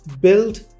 Build